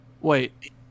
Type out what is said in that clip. wait